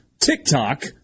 TikTok